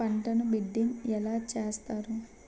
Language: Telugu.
పంటను బిడ్డింగ్ ఎలా చేస్తారు?